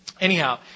anyhow